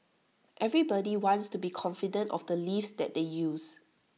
everybody wants to be confident of the lifts that they use